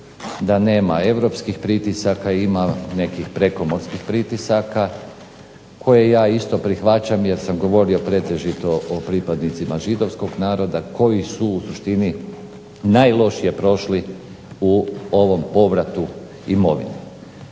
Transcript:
da nema europskih pritisaka, ima nekih prekomorskih pritisaka koje ja isto prihvaćam jer sam govorio pretežito o pripadnicima Židovskog naroda koji su u suštini najlošije prošli u ovom povratu imovine.